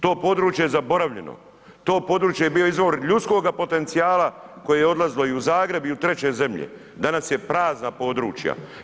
To područje je zaboravljeno, to područje je bilo izvor ljudskoga potencijala koje je odlazilo i u Zagreb i u Treće zemlje, danas je prazna područja.